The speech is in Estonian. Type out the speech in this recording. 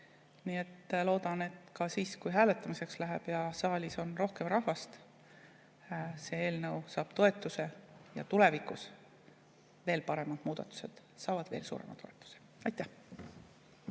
Nii et loodan, et ka siis, kui hääletamiseks läheb ja saalis on rohkem rahvast, see eelnõu saab toetuse, ja tulevikus veel paremad muudatused saavad veel suurema toetuse. Aitäh!